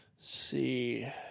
See